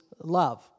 love